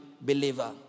believer